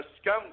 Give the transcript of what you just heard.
scum